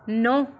ਨੌਂ